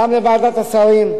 וגם לוועדת השרים,